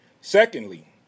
Secondly